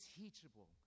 teachable